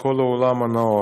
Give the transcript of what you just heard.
לכל העולם הנאור.